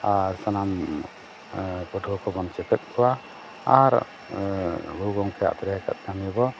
ᱟᱨ ᱥᱟᱱᱟᱢ ᱯᱟᱹᱴᱷᱩᱣᱟᱹ ᱠᱚᱵᱚᱱ ᱪᱮᱯᱮᱫ ᱠᱚᱣᱟ ᱟᱨ ᱜᱩᱨᱩ ᱜᱚᱢᱠᱮᱭ ᱟᱛᱨᱮ ᱟᱠᱟᱫ ᱠᱟᱹᱢᱤᱵᱚᱱ